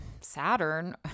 Saturn